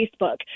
Facebook